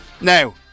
Now